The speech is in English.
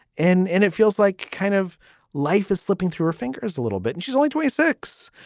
and and it feels like kind of life is slipping through her fingers a little bit. and she's only twenty six.